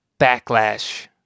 Backlash